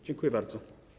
Dziękuję bardzo.